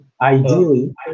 Ideally